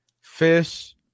fish